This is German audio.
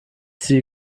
sie